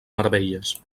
meravelles